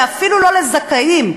ואפילו לא לזכאים,